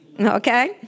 Okay